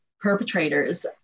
perpetrators